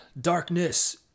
darkness